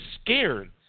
scared